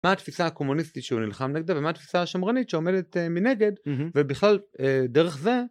מה התפיסה הקומוניסטית שהוא נלחם נגדה ומה התפיסה השמרנית שעומדת מנגד ובכלל דרך זה